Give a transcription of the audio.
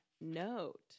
note